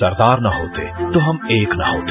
सरदार न होते तो हम एक न होते